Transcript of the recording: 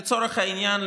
לצורך העניין,